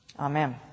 Amen